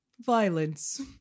violence